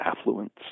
affluence